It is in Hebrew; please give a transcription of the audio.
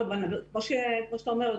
כמו שאתה אומר,